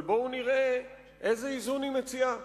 אבל בואו נראה איזה איזון היא מציעה.